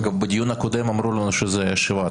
אגב, בדיון הקודם אמרו לנו שזה שבעה.